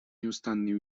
неустанные